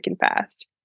fast